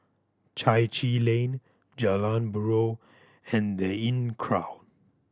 Chai Chee Lane Jalan Buroh and The Inncrowd